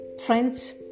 Friends